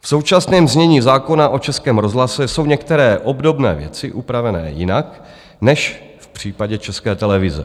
V současném znění zákona o Českém rozhlase jsou některé obdobné věci upravené jinak než v případě České televize.